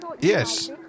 Yes